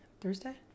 Thursday